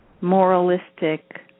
moralistic